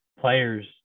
players –